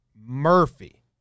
Murphy